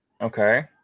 Okay